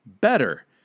better